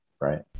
right